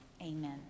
Amen